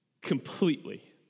Completely